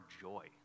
joy